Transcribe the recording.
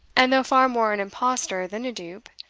and though far more an impostor than a dupe,